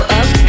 up